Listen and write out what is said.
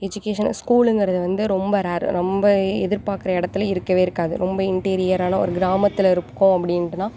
education ஸ்கூலுங்கிறது வந்து ரொம்ப ரேர் ரொம்பவே எதிர்பார்க்குற இடத்துல இருக்கவே இருக்காது ரொம்ப இன்டீரியரான ஒரு கிராமத்தில் இருக்கோம் அப்படின்ட்டுன்னா